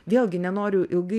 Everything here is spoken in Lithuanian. vėlgi nenoriu ilgai